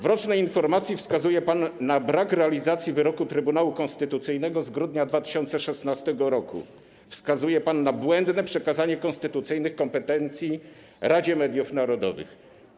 W rocznej informacji wskazuje pan na brak realizacji wyroku Trybunału Konstytucyjnego z grudnia 2016 r., wskazuje pan na błędne przekazanie konstytucyjnych kompetencji Radzie Mediów Narodowych.